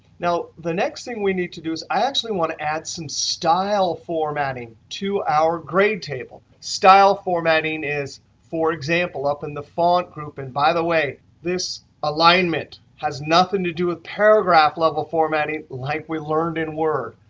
now, the next thing we need to do is i actually want to add some style formatting to our grade table. style formatting is for example, up in the font group and by the way, this alignment has nothing to do with paragraph-level formatting like we learned in word.